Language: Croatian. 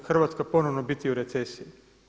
Hrvatska ponovno biti u recesiji.